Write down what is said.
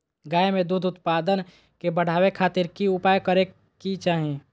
गाय में दूध उत्पादन के बढ़ावे खातिर की उपाय करें कि चाही?